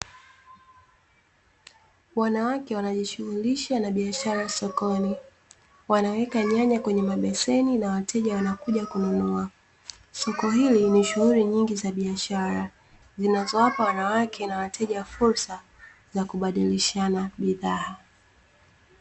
Wanawake wanajishughulisha na biashara sokoni, wanaweka nyanya kwenye mabeseni na wateja wanakuja kununua. Soko hili ni shughuli nyingi za biashara, zinazowapa wanawake na wateja fursa za kubadilishana bidhaa.